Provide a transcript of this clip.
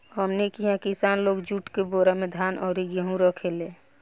हमनी किहा किसान लोग जुट के बोरा में धान अउरी गेहू रखेले